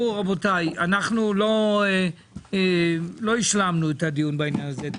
רבותיי, לא השלמנו את הדיון בעניין הזה.